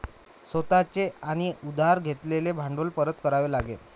स्वतः चे आणि उधार घेतलेले भांडवल परत करावे लागेल